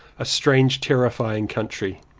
a strange terrifying country,